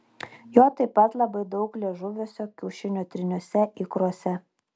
jo taip pat labai daug liežuviuose kiaušinio tryniuose ikruose